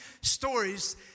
stories